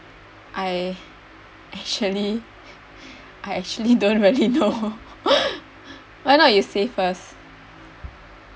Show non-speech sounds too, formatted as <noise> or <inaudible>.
I actually I actually don't really <laughs> know why not you say first